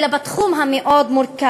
אלא בתחום המאוד-מורכב.